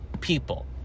people